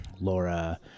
Laura